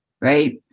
right